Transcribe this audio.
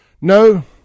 No